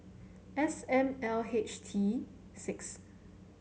S M L H T six